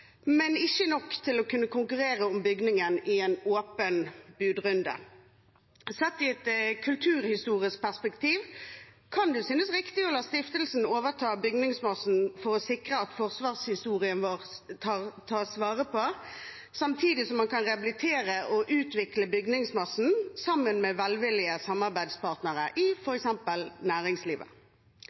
men ikke nok til å kunne konkurrere om bygningen i en åpen budrunde. Sett i et kulturhistorisk perspektiv kan det synes riktig å la stiftelsen overta bygningsmassen for å sikre at forsvarshistorien vår tas vare på, samtidig som man kan rehabilitere og utvikle bygningsmassen sammen med velvillige samarbeidspartnere i f.eks. næringslivet.